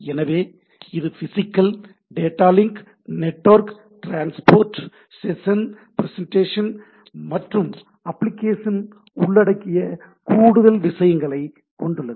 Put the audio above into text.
எனவே இது physical data link network transport session presentation மற்றும் அப்ளிகேஷன் உள்ளடக்கிய கூடுதல் விஷயங்களைக் கொண்டுள்ளது